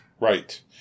Right